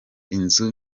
inzu